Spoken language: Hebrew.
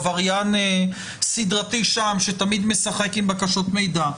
בעבריין סדרתי שמשחק עם בקשות מידע.